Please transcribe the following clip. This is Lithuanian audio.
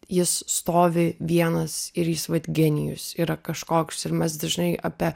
jis stovi vienas ir jis vat genijus yra kažkoks ir mes dažnai apie